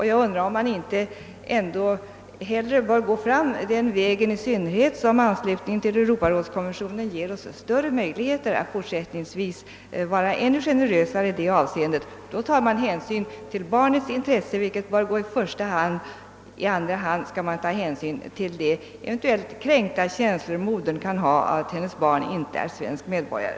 Jag undrar om man inie hellre bör gå fram den vägen, i synnerhet som anslutningen till europarådskonventionen ger oss större möjligheter att fortsättningsvis vara ännu generösare i detta avseende. Då tar man hänsyn till barnets intresse, vilket bör komma i första hand. I andra hand kan man ta hänsyn till att modern eventuellt kan känna sig kränkt av att hennes barn inte är svensk medborgare.